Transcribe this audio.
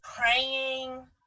praying